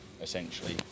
essentially